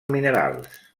minerals